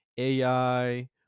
AI